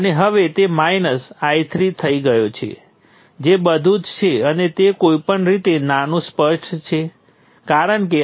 હકીકતમાં વોલ્ટેજ સ્રોતની વ્યાખ્યા એ છે કે તે કરંટમાંથી જે વહેતું હોય છે તેને ધ્યાનમાં લીધા વિના આપેલ વોલ્ટેજ જાળવી રાખવો